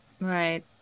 Right